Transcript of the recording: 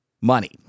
money